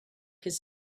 his